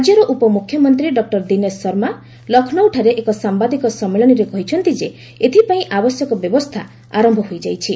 ରାଜ୍ୟର ଉପମ୍ରଖ୍ୟମନ୍ତ୍ରୀ ଡକ୍କର ଦିନେଶ ଶର୍ମା ଲକ୍ଷ୍ନୌଠାରେ ଏକ ସାମ୍ଭାଦିକ ସମ୍ମିଳନୀରେ କହିଛନ୍ତି ଯେ ଏଥିପାଇଁ ଆବଶ୍ୟକ ବ୍ୟବସ୍ଥା ଆରମ୍ଭ ହୋଇଯାଇଛି